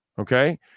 okay